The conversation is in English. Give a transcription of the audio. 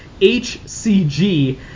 hcg